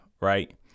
Right